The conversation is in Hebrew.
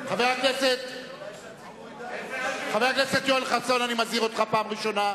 חבר הכנסת יואל חסון, אני מזהיר אותך פעם ראשונה.